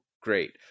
great